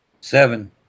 Seven